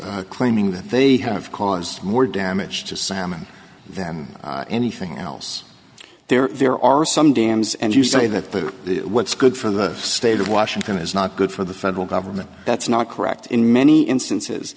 claiming that they have caused more damage to salmon them anything else there are some dams and you say that what's good for the state of washington is not good for the federal government that's not correct in many instances